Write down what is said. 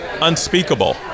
unspeakable